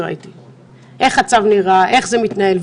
איך זה נראה ואיך זה מתנהל.